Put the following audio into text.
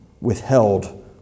withheld